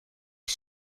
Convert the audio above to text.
que